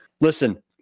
listen